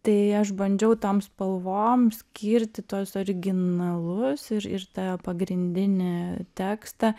tai aš bandžiau tam spalvom skyrti tuos originalus ir ir tą pagrindinį tekstą